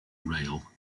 rail